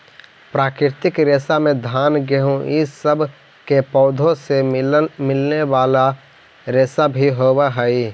प्राकृतिक रेशा में घान गेहूँ इ सब के पौधों से मिलने वाले रेशा भी होवेऽ हई